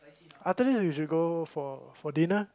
after this we should go for for dinner